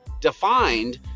Defined